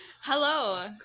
hello